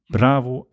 Bravo